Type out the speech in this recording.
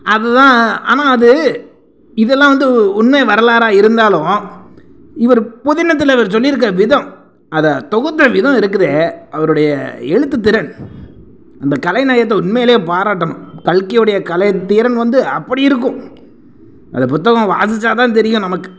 அது தான் ஆனால் அது இதெல்லாம் வந்து உண்மை வரலாறாக இருந்தாலும் இவர் புதினத்தில் இவர் சொல்லிருக்கிற விதம் அதை தொகுத்த விதம் இருக்குதே அவருடைய எழுத்து திறன் அந்த கலைநயத்தை உண்மையில் பாராட்டணும் கல்கியோடைய கலைத்திறன் வந்து அப்படி இருக்கும் அந்த புத்தகம் வாசிச்சால் தான் தெரியும் நமக்கு